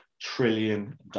trillion